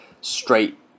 straight